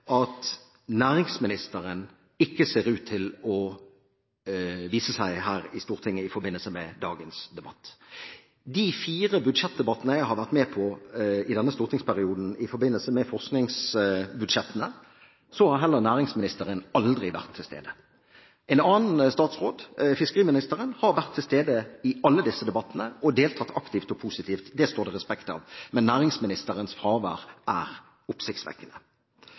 at næringsministeren ikke ser ut til å vise seg her i Stortinget i forbindelse med dagens debatt. I de fire budsjettdebattene jeg har vært med på i denne stortingsperioden i forbindelse med forskningsbudsjettene, har næringsministeren heller aldri vært til stede. En annen statsråd – fiskeriministeren – har vært til stede i alle disse debattene og deltatt aktivt og positivt. Det står det respekt av. Men næringsministerens fravær er oppsiktsvekkende.